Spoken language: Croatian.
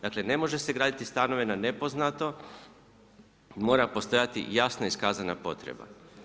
Dakle, ne može se graditi stanove na nepoznato, mora postojati jasno iskazana potreba.